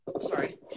Sorry